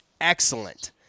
excellent